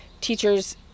teachers